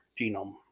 genome